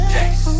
Taste